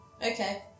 Okay